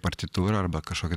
partitūrą arba kažkokį